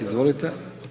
Izvolite.